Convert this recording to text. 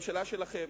בממשלה שלכם.